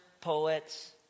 poets